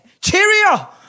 cheerio